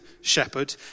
shepherd